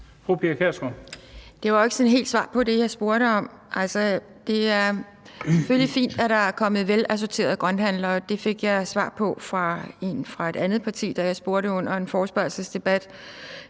Det var ikke sådan helt et svar på det, jeg spurgte om. Det er selvfølgelig fint, at der er kommet velassorterede grønthandlere. Det svar fik jeg fra et andet parti, da jeg spurgte under en forespørgselsdebat.